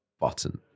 button